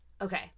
Okay